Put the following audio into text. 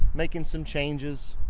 making some changes,